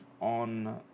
on